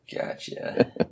Gotcha